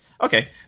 okay